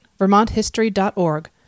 vermonthistory.org